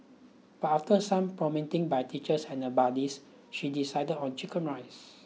but after some prompting by teachers and her buddies she decided on chicken rice